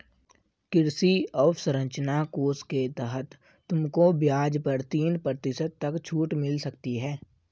कृषि अवसरंचना कोष के तहत तुमको ब्याज पर तीन प्रतिशत तक छूट मिल सकती है